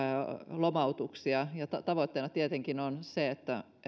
lomautuksia tavoitteena tietenkin on se että